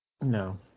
No